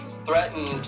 Threatened